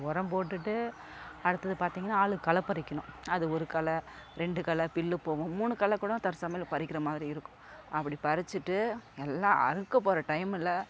உரம்போட்டுட்டு அடுத்தது பார்த்திங்கனா ஆள் களைபறிக்கணும் அது ஒரு களை ரெண்டு களை புல்லுப்போவும் மூணு களைக்கூட தற்சமயலு பறிக்கிறமாதிரி இருக்கும் அப்படி பறிச்சிவிட்டு எல்லாம் அறுக்கப்போகிற டைம்ல